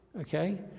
Okay